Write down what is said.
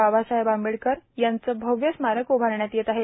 बाबासाहेब आंबेडकर यांचं भव्य स्मारक उभारण्यात येत आहे